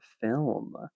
film